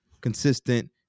consistent